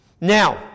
Now